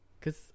Cause